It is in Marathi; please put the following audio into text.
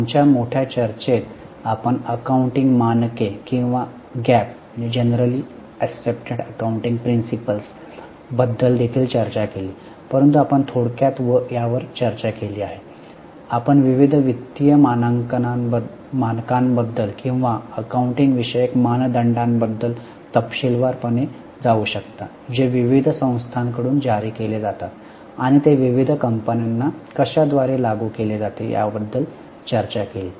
आमच्या मोठ्या चर्चेत आपण अकाउंटिंग मानके किंवा जीएएपी बद्दल देखील चर्चा केली आहे परंतु आपण थोडक्यात यावर चर्चा केली आहे आपण विविध वित्तीय मानकांबद्दल किंवा अकाउंटिंग विषयक मानदंडांबद्दल तपशीलवार पणे जाऊ शकता जे विविध संस्थांकडून जारी केले जातात आणि ते विविध कंपन्याना कशा द्वारे लागू केले जातात याबद्दल चर्चा केली